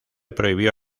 prohibió